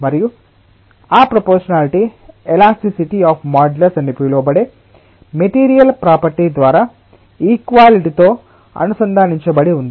మరియు ఆ proportionality elasticity of modulus అని పిలువబడే మెటీరియల్ ప్రాపర్టీ ద్వారా ఇక్వాలిటితో అనుసంధానించబడి ఉంది